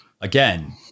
again